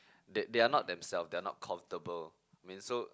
they they are not themselves they are not comfortable mean so